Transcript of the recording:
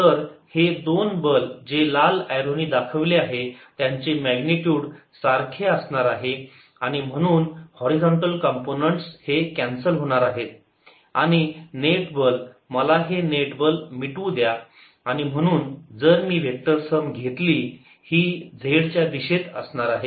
तर हे दोन बल जे लाल एरो नी दाखवले आहे त्यांचे मॅग्निट्युड सारखे असणार आहे आणि म्हणून हॉरीझॉन्टल कंपोनंन्ट हे कॅन्सल होणार आहेत आणि नेट बल मला हे नेट बल मिटवू द्या आणि म्हणून जर मी वेक्टर सम घेतली ही z च्या दिशेत असणार आहे